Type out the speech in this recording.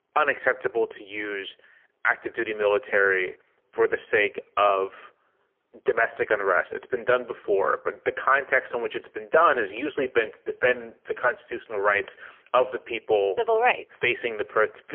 unacceptable to use active duty military for the sake of domestic unrest. it's been done before. but the context on which it's been done is usually bent defend the constitutional rights of the people. all right. facing the protoje.